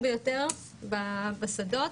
בשדות,